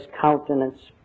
countenance